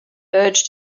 urged